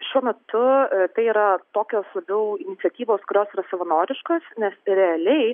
šiuo metu tai yra tokios labiau iniciatyvos kurios yra savanoriškos nes realiai